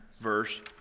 verse